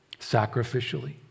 Sacrificially